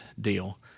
deal